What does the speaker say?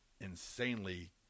insanely